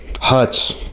huts